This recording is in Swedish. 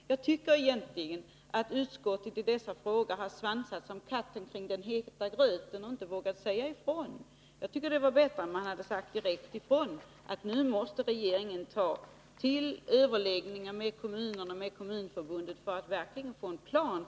Jag tycker att utskottet i dessa frågor har svansat som katten kring het gröt och inte vågat säga ifrån. Det hade varit bättre om man hade sagt direkt ifrån, att nu måste regeringen ta till överläggningar med kommunen och Kommunförbundet för att verkligen få en plan.